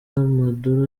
maduro